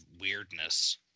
weirdness